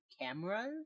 cameras